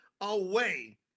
away